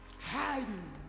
hiding